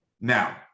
Now